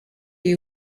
les